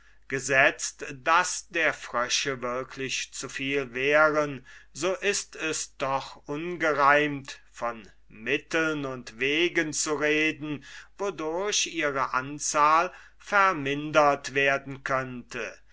gesetzt daß der frösche wirklich zu viel wären so ist es doch ungereimt von mitteln und wegen zu reden wodurch ihre anzahl vermindert werden könnte